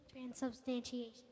Transubstantiation